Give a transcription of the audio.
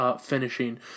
finishing